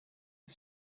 the